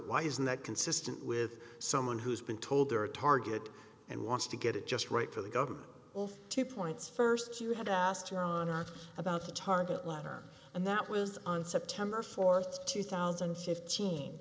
why isn't that consistent with someone who's been told they're a target and wants to get it just right for the government two points first you had asked her on are about the target letter and that was on september fourth two thousand and fifteen